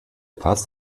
pass